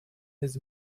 his